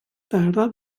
terra